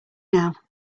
now